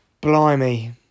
Blimey